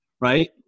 Right